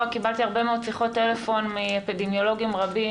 קיבלתי הרבה מאוד שיחות טלפון מאפידמיולוגים רבים,